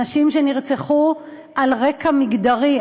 נשים שנרצחו על רקע מגדרי.